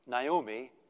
Naomi